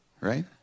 right